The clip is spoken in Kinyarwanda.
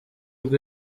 ubwo